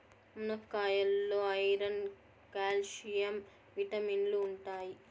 మునక్కాయాల్లో iron, calcium విటమిన్లు ఉంటాయి